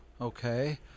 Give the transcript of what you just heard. Okay